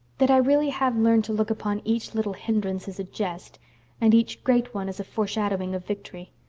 that i really have learned to look upon each little hindrance as a jest and each great one as the foreshadowing of victory.